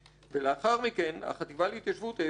ולאחר מכן החטיבה להתיישבות העבירה את